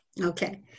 okay